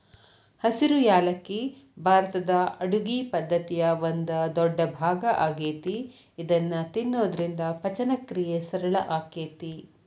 ಹಸಿರು ಯಾಲಕ್ಕಿ ಭಾರತದ ಅಡುಗಿ ಪದ್ದತಿಯ ಒಂದ ದೊಡ್ಡಭಾಗ ಆಗೇತಿ ಇದನ್ನ ತಿನ್ನೋದ್ರಿಂದ ಪಚನಕ್ರಿಯೆ ಸರಳ ಆಕ್ಕೆತಿ